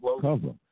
cover